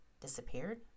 Disappeared